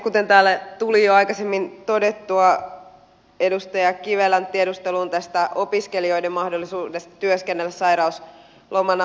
kuten täällä tuli jo aikaisemmin todettua edustaja kivelän tiedusteluun tästä opiskelijoiden mahdollisuudesta työskennellä sairausloman aikana